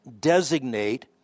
designate